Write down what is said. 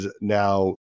now